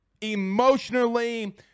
emotionally